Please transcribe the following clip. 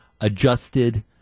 adjusted